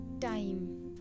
time